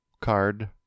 card